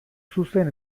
zuzen